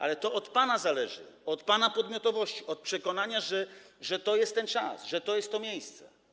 Ale to od pana zależy, od pana podmiotowości, od przekonania, że to jest ten czas, że to jest to miejsce.